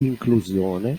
inclusione